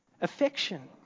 Affection